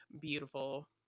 beautiful